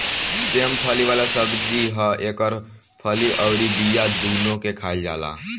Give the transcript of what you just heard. सेम फली वाला सब्जी ह एकर फली अउरी बिया दूनो के खाईल जाला